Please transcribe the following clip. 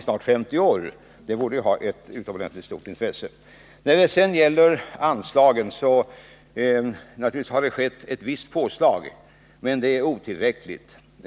snart 50 år. Det borde ha ett utomordentligt stort intresse. Naturligtvis har det skett en viss anslagsökning, men den är otillräcklig.